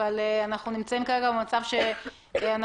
אבל אנחנו נמצאים כרגע במצב הזה ואם